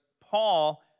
Paul